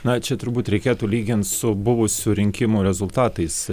na čia turbūt reikėtų lygint su buvusių rinkimų rezultatais